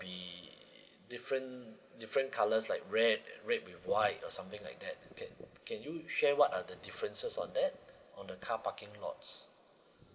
be different different colours like red and red with white or something like that can you share what are the differences on that on the car parking lots